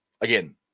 again